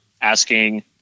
asking